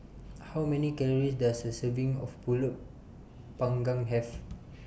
How Many Calories Does A Serving of Pulut Panggang Have